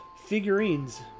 figurines